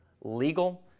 legal